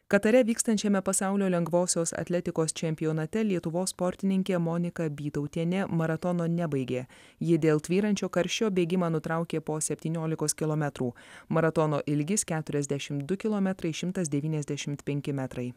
katare vykstančiame pasaulio lengvosios atletikos čempionate lietuvos sportininkė monika bytautienė maratono nebaigė ji dėl tvyrančio karščio bėgimą nutraukė po septyniolikos kilometrų maratono ilgis keturiasdešim du kilometrai šimtas devyniasdešimt penki metrai